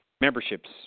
memberships